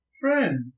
Friend